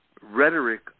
rhetoric